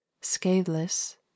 scatheless